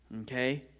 Okay